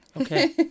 Okay